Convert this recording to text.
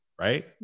Right